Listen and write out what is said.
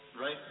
right